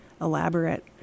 elaborate